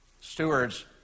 Stewards